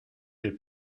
des